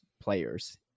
players